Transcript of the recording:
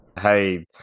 hey